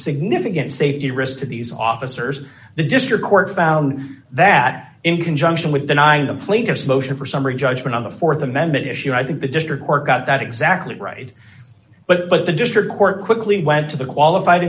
significant safety risk to these officers the district court found that in conjunction with denying the plaintiff's motion for summary judgment on the th amendment issue i think the district court got that exactly right but the district court quickly went to the qualified